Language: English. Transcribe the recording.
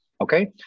okay